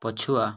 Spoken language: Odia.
ପଛୁଆ